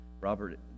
Robert